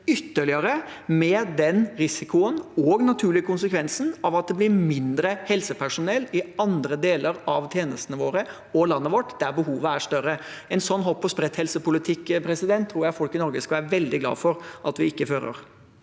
ytterligere, med den risikoen og naturlige konsekvensen at det blir mindre helsepersonell i andre deler av tjenestene våre og landet vårt, der behovet er større? En slik hopp-ogsprett-helsepolitikk tror jeg folk i Norge skal være veldig glad for at vi ikke fører.